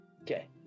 Okay